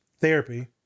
therapy